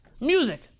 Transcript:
music